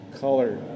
color